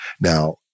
Now